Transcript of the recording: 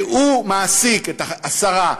כי הוא מעסיק עשרה,